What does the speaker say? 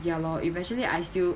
ya lor eventually I still